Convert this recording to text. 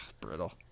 brittle